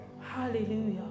Hallelujah